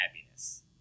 happiness